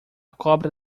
cobra